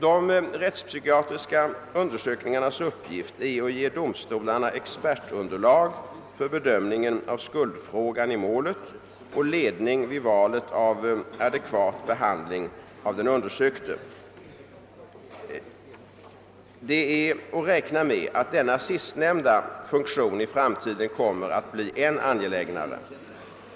De rättspsykiatriska undersökningarnas uppgift är att ge domstolarna expertunderlag för bedömningen av skuldfrågan i målet och ledning vidvalet av adekvat behandling av den undersökte. Det är att räkna med att denna sistnämnda funktion i framtiden kommer att bli än angelägnare.